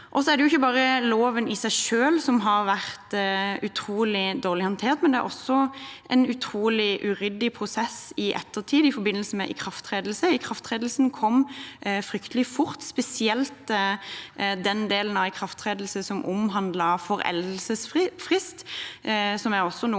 Det er ikke bare loven i seg selv som har vært utrolig dårlig håndtert; det var også en utrolig uryddig prosess i ettertid, i forbindelse med ikrafttredelse. Ikrafttredelsen kom fryktelig fort, spesielt den delen av ikrafttredelse som omhandlet foreldelsesfrist.